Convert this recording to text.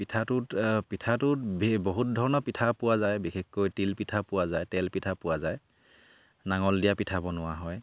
পিঠাটোত পিঠাটোত বহুত ধৰণৰ পিঠা পোৱা যায় বিশেষকৈ তিল পিঠা পোৱা যায় তেল পিঠা পোৱা যায় নাঙল দিয়া পিঠা বনোৱা হয়